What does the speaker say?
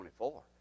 24